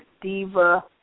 Diva